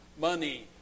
money